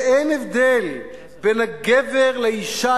שאין הבדל בין הגבר לאשה,